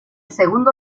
segundo